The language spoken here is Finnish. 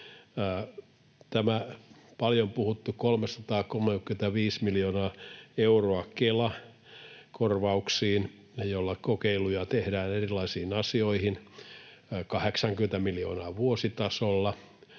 paljon puhuttu 335 miljoonaa euroa Kela-korvauksiin, ja kokeiluja tehdään erilaisiin asioihin 80 miljoonan suuruusluokassa